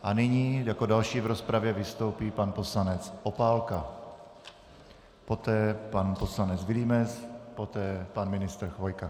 A nyní jako další v rozpravě vystoupí pan poslanec Opálka, poté pan poslanec Vilímec, poté pan ministr Chvojka.